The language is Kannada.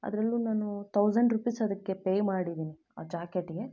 ಅದ್ರಲ್ಲೂ ನಾನು ತೌಸಂಡ್ ರುಪೀಸ್ ಅದಕ್ಕೆ ಪೇ ಮಾಡಿದೀನಿ ಆ ಜಾಕೆಟ್ಗೆ